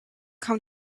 come